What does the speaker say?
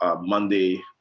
Monday –